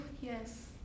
yes